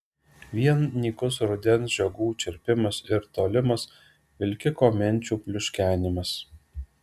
vien nykus rudens žiogų čirpinimas ir tolimas vilkiko menčių pliuškenimas